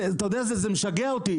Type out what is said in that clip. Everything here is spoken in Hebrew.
אתה יודע, זה משגע אותי.